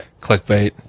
Clickbait